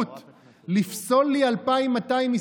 גם לא עם